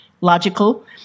Logical